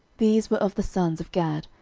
these were of the sons of gad,